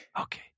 okay